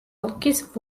ოლქის